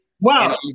Wow